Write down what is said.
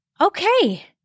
Okay